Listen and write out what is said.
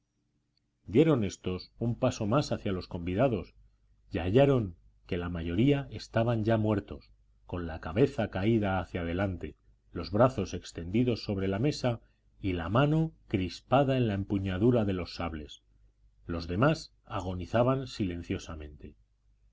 dieron éstos un paso más hacia los convidados y hallaron que la mayor parte estaban ya muertos con la cabeza caída hacia adelante los brazos extendidos sobre la mesa y la mano crispada en la empuñadura de los sables los demás agonizaban silenciosamente